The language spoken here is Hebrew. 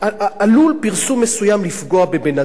עלול פרסום מסוים לפגוע בבן-אדם,